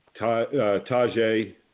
Tajay